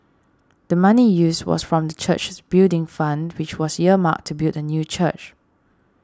the money used was from the church's Building Fund which was earmarked to build a new church